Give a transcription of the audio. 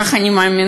ככה אני מאמינה,